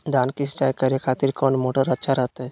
धान की सिंचाई करे खातिर कौन मोटर अच्छा रहतय?